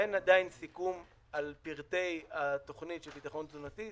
אין עדיין סיכום על פרטי התוכנית של ביטחון תזונתי,